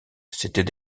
c’était